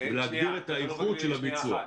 ולהגביר את האיכות של הביצוע.